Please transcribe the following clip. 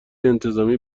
انتظامی